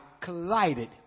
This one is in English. collided